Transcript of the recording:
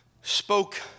spoke